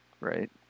right